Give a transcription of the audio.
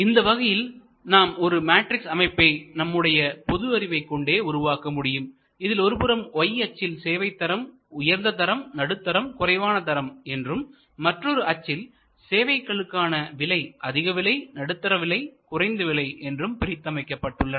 இந்த வகையில் நாம் ஒரு மேட்ரிக்ஸ் அமைப்பை நம்முடைய பொதுஅறிவைக் கொண்டே உருவாக்கமுடியும் இதில் ஒரு புறம் y அச்சில் சேவை தரம் உயர்ந்த தரம்நடுத்தரம்குறைவான தரம் என்றும் மற்றொரு அச்சில் சேவைகளுக்கான விலை அதிக விலை நடுத்தரம் விலை குறைந்த விலை என்றும் பிரித்து அமைக்கப்பட்டுள்ளன